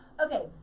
Okay